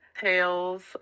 tales